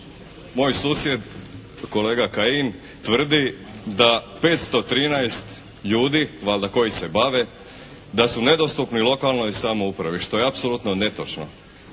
moj susjed kolega Kajin tvrdi da 513 ljudi valjda koji se bave da su nedostupni lokalnoj samoupravi, što je apsolutno netočno.